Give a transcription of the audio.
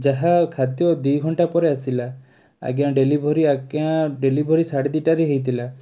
ଯାହା ଖାଦ୍ୟ ଦୁଇଘଣ୍ଟାପରେ ଆସିଲା ଆଜ୍ଞା ଡେଲିଭରି ଆଜ୍ଞା ଡେଲିଭରି ସାଡ଼େ ଦୁଇଟାରେ ହେଇଥିଲା